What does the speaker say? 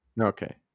Okay